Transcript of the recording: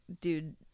Dude